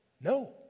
No